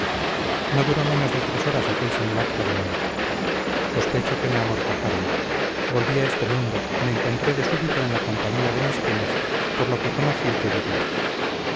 no duró menos de tres horas aquel simulacro de muerte sospecho que me amortajaron volví a este mundo me encontré de súbito en la compañía de mis penas por lo que conocí que vivía